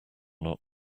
not